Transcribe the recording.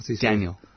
Daniel